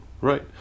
right